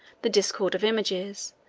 the discord of images,